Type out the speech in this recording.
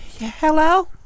Hello